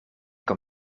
kom